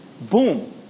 Boom